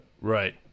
Right